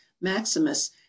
maximus